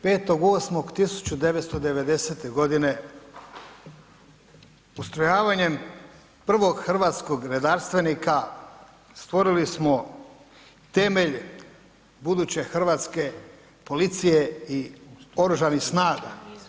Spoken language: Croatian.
5.8.1990. godine ustrojavanjem Prvog hrvatskog redarstvenika stvorili smo temelj buduće hrvatske policije i oružanih snaga.